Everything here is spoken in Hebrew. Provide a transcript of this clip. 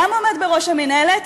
גם עומד בראש המינהלת,